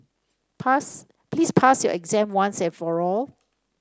pass please pass your exam once and for all